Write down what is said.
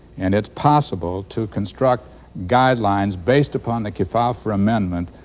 and it's possible to construct guidelines based upon the kefauver amendment,